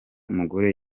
mugore